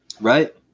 right